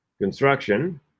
construction